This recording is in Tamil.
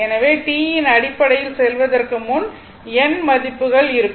எனவே T யின் அடிப்படையில் செல்வதற்கு முன் n மதிப்புகள் இருக்கும்